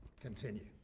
continue